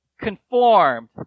Conformed